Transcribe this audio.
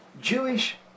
Jewish